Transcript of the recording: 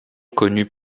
connut